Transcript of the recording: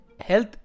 health